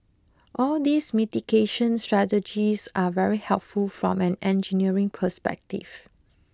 all these mitigation strategies are very helpful from an engineering perspective